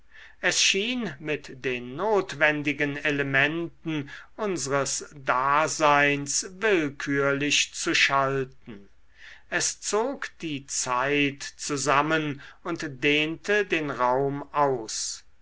es schien mit den notwendigen elementen unsres daseins willkürlich zu schalten es zog die zeit zusammen und dehnte den raum aus